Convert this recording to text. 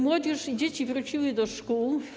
Młodzież i dzieci wróciły do szkół.